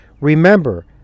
remember